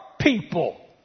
people